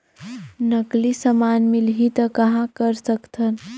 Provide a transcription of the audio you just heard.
नकली समान मिलही त कहां कर सकथन?